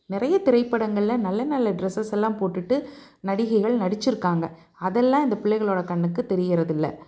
நிறைய திரைப்படங்களில் நல்ல நல்ல ட்ரெஸ்ஸஸ் எல்லாம் போட்டுட்டு நடிகைகள் நடிச்சுருக்காங்க அதெல்லாம் இந்த பிள்ளைகளோடய கண்ணுக்கு தெரியுறதில்ல